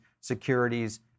securities